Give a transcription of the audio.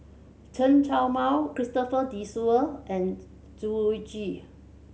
Chen Show Mao Christopher De Souza and Zhu Xu